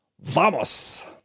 Vamos